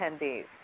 attendees